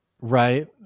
Right